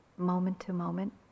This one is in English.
moment-to-moment